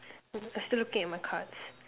I'm still looking at my cards